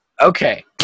Okay